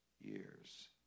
years